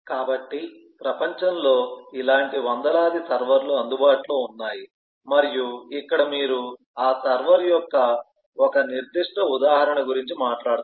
కాబట్టి ప్రపంచంలో ఇలాంటి వందలాది సర్వర్లు అందుబాటులో ఉన్నాయి మరియు ఇక్కడ మీరు ఆ సర్వర్ యొక్క ఓక నిర్దిష్ట ఉదాహరణ గురించి మాట్లాడుతారు